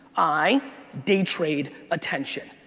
i day trade attention.